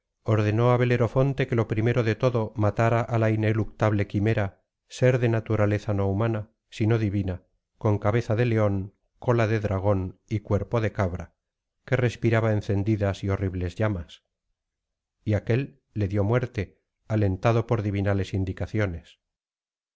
ordenó á belerofonte que lo primero de todo matara ala ineluctable quimera ser de naturaleza no humana sino divina con cabeza de león cola de dragón y cuerpo de cabra que respiraba encendidas y horribles llamas y aquél le dio muerte alentado por divinales indicaciones